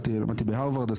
למדתי בהרווארד,